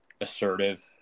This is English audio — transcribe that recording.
assertive